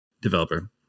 developer